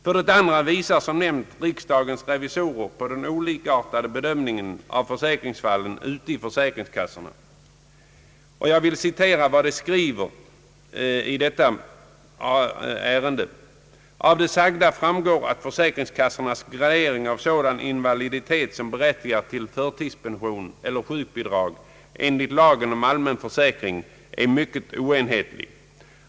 För det andra pekar som nämnt riksdagens revisorer på den varierande bedömningen av försäkringsfallen ute i försäkringskassorna. Jag vill citera vad de skriver i detta ärende: »Av det sagda framgår att försäkringskassornas gradering av sådan invaliditet som berättigar till förtidspension eller sjukbidrag enligt lagen om allmän försäkring är mycket oenhetlig.